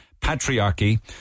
patriarchy